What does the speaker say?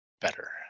better